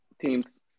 teams